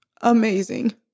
amazing